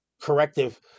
Corrective